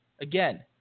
Again